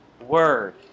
word